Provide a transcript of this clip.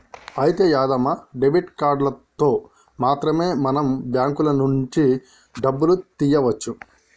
అయితే యాదమ్మ డెబిట్ కార్డులతో మాత్రమే మనం బ్యాంకుల నుంచి డబ్బులు తీయవచ్చు